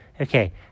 okay